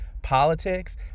politics